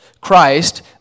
Christ